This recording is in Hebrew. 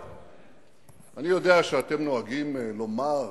שאתם נוהגים לומר,